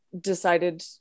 decided